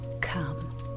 come